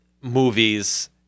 movies